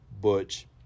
Butch